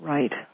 Right